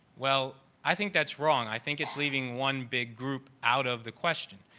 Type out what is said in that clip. well, i think that's wrong. i think it's leaving one big group out of the question.